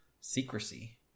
secrecy